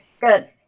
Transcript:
good